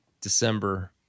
December